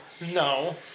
No